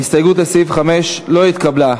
ההסתייגות לסעיף 5 לא נתקבלה.